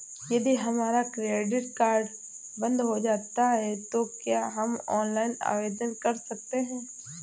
यदि हमारा credit card बंद हो जाता है तो क्या हम ऑनलाइन आवेदन कर सकते हैं?